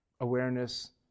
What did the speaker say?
awareness